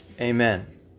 Amen